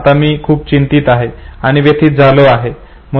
आता मी खूप चिंतीत होतो आणि व्यथित झालो होतो